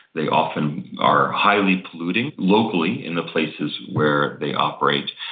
they often are highly polluting locally in the places where they operate.